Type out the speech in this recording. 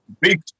big